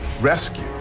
rescue